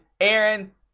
Aaron